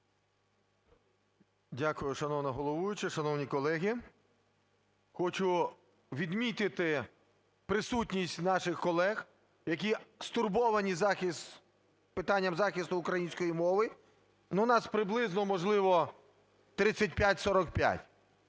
Дякую, шановна головуюча. Шановні колеги, хочу відмітити присутність наших колег, які стурбовані питанням захисту української мови. Ну, нас приблизно, можливо, 35-45.